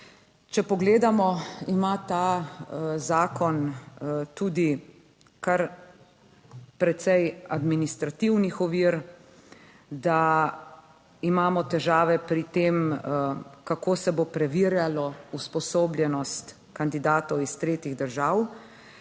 če pogledamo, ima ta zakon tudi kar precej administrativnih ovir, da imamo težave pri tem, kako se bo preverjalo usposobljenost kandidatov iz tretjih držav